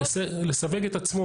ולסווג את עצמו